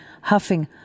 huffing